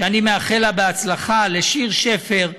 שאני מאחל לה בהצלחה, לשיר שפר,